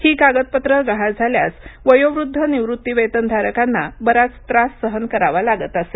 ही कागदपत्रं गहाळ झाल्यास वयोवृद्ध निवृत्तीवेतन धारकांना बराच त्राससहन करावा लागत असे